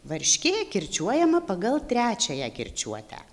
varškė kirčiuojama pagal trečiąją kirčiuotę